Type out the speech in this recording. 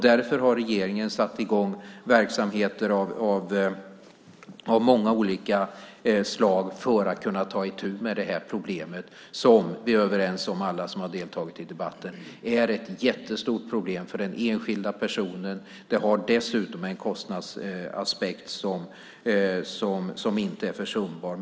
Därför har regeringen satt i gång verksamheter av många olika slag för att ta itu med det här problemet som, det är alla vi som har deltagit i den här debatten överens om, är ett jättestort problem för den enskilda personen. Det har dessutom en kostnadsaspekt som inte är försumbar.